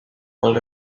called